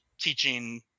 teaching